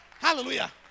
Hallelujah